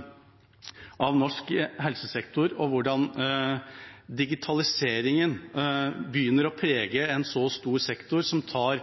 i norsk helsesektor og hvordan digitaliseringen begynner å prege en så stor sektor.